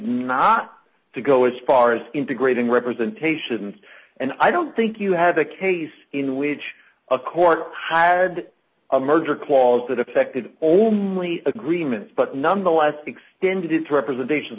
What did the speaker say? not to go as far as integrating representations and i don't think you had a case in which a court had a merger clause that affected only agreements but nonetheless extended its representations